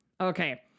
okay